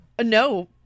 no